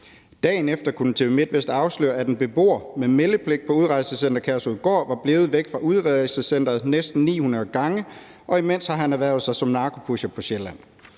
Dagen efter kunne TV MIDTVEST afsløre, at en beboer med meldepligt på Udrejsecenter Kærshovedgård var blevet væk fra udrejsecenteret næsten 900 gange, og imens har han ernæret sig som narkopusher på Sjælland.